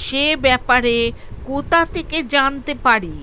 সে ব্যাপারে কোথা থেকে জানতে পারি?